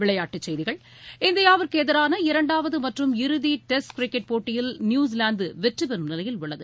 விளையாட்டுச் செய்திகள் இந்தியாவிற்கு எதிரான இரண்டாவது மற்றும் இறுதி டெஸ்ட் கிரிக்கெட் போட்டியில் நியூசிலாந்து வெற்றிபெறும் நிலையில் உள்ளது